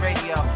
Radio